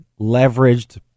leveraged